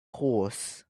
horse